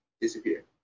disappear